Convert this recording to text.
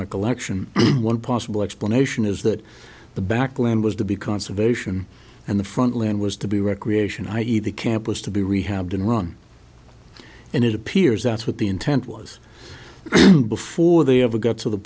my collection one possible explanation is that the back land was to be conservation and the front land was to be recreation i e the camp was to be rehabbed and run and it appears that's what the intent was before they ever got to the